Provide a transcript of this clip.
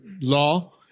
law